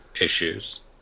issues